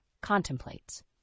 contemplates